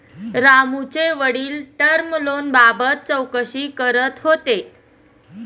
रामूचे वडील टर्म लोनबाबत चौकशी करत होते